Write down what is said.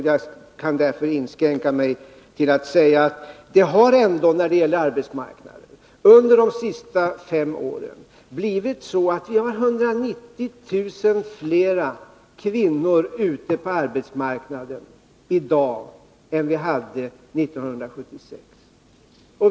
Jag kan därför inskränka mig till att säga att det har skett en sådan utveckling på arbetsmarknaden under de senaste fem åren att vi har 190 000 fler kvinnor ute på arbetsmarknaden i dag än vi hade 1976.